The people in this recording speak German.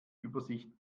übersicht